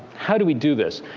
how do we do this.